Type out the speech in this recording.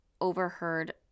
overheard